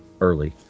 early